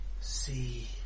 See